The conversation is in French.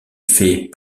fait